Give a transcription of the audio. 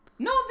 No